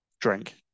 drink